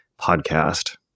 Podcast